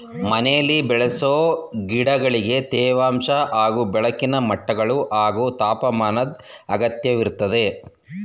ಮನೆಲಿ ಬೆಳೆಸೊ ಗಿಡಗಳಿಗೆ ತೇವಾಂಶ ಹಾಗೂ ಬೆಳಕಿನ ಮಟ್ಟಗಳು ಹಾಗೂ ತಾಪಮಾನದ್ ಅಗತ್ಯವಿರ್ತದೆ